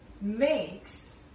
makes